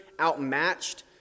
outmatched